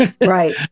Right